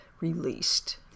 released